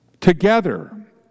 together